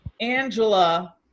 Angela